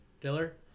Diller